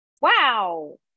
Wow